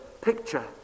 picture